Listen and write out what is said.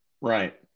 Right